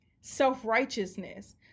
self-righteousness